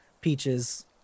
Peaches